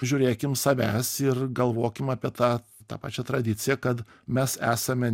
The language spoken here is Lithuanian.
žiūrėkim savęs ir galvokim apie tą tą pačią tradiciją kad mes esame